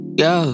yo